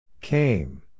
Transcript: Came